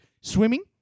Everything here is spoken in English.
Swimming